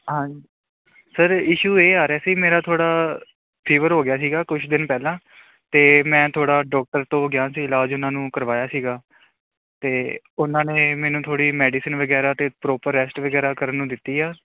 ਹਾਂ sir issue ਇਹ ਆ ਰਹੇ ਸੀ ਮੇਰਾ ਥੋੜ੍ਹਾ ਫੀਵਰ ਹੋ ਗਿਆ ਸੀਗਾ ਕੁਛ ਦਿਨ ਪਹਿਲਾਂ ਅਤੇ ਮੈਂ ਥੋੜ੍ਹਾ ਡੋਕਟਰ ਕੋਲ ਗਿਆ ਸੀ ਇਲਾਜ ਉਹਨਾਂ ਨੂੰ ਕਰਵਾਇਆ ਸੀਗਾ ਅਤੇ ਉਹਨਾਂ ਨੇ ਮੈਨੂੰ ਥੋੜ੍ਹੀ ਮੈਡੀਸਨ ਵਗੈਰਾ ਅਤੇ ਪ੍ਰੋਪਰ ਰੈਸਟ ਵਗੈਰਾ ਕਰਨ ਨੂੰ ਦਿੱਤੀ ਆ